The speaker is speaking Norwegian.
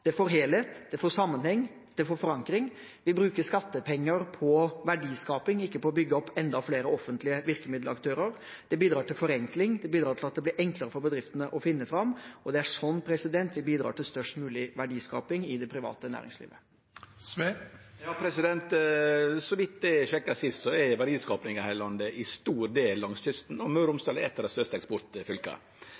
helhet, sammenheng og forankring. Vi bruker skattepenger på verdiskaping og ikke på å bygge opp enda flere offentlige virkemiddelaktører. Det bidrar til forenkling, det bidrar til at det blir enklere for bedriftene å finne fram, og det er slik vi bidrar til størst mulig verdiskaping i det private næringslivet. Då eg sjekka sist, så er verdiskapinga her i landet i stor grad langs kysten, og Møre og